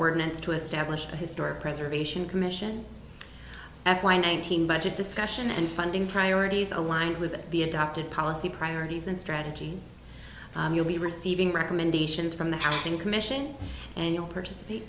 ordinance to establish a historic preservation commission f y nineteen budget discussion and funding priorities aligned with the adopted policy priorities and strategies you'll be receiving recommendations from the counting commission and you participate